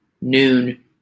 noon